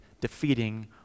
defeating